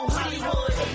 Hollywood